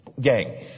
Gang